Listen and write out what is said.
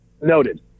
Noted